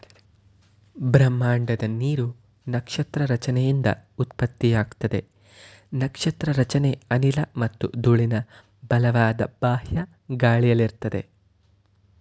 ಬ್ರಹ್ಮಾಂಡದ ನೀರು ನಕ್ಷತ್ರ ರಚನೆಯಿಂದ ಉತ್ಪತ್ತಿಯಾಗ್ತದೆ ನಕ್ಷತ್ರ ರಚನೆ ಅನಿಲ ಮತ್ತು ಧೂಳಿನ ಬಲವಾದ ಬಾಹ್ಯ ಗಾಳಿಯಲ್ಲಿರ್ತದೆ